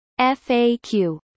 FAQ